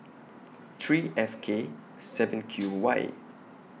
three F K seven Q Y